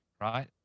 right